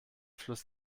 fluss